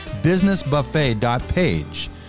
businessbuffet.page